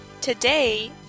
Today